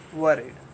worried